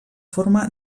forma